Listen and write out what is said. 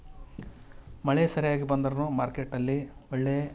ಮಳೆ ಸರ್ಯಾಗಿ ಬಂದರೂನು ಮಾರ್ಕೆಟ್ನಲ್ಲಿ ಒಳ್ಳೆಯ